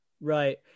Right